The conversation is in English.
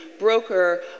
broker